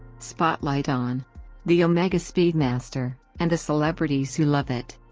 spotlight on the omega speedmaster, and the celebrities who love it.